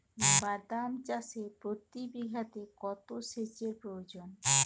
বাদাম চাষে প্রতি বিঘাতে কত সেচের প্রয়োজন?